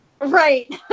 Right